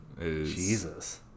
Jesus